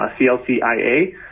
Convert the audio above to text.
CLCIA